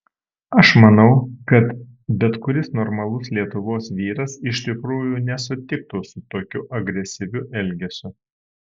aš manau kad bet kuris normalus lietuvos vyras iš tikrųjų nesutiktų su tokiu agresyviu elgesiu